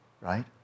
Right